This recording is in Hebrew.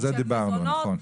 של מזונות, על זה דיברנו, נכון.